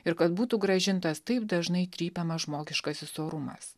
ir kad būtų grąžintas taip dažnai trypiamas žmogiškasis orumas